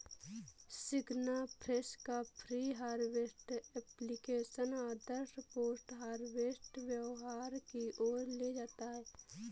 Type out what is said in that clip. सिग्नाफ्रेश का pre harvest application आदर्श post harvest व्यवहार की ओर ले जाता है